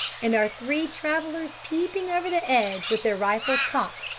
and our three travellers peeping over the edge, with their rifles cocked,